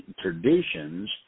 traditions